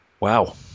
Wow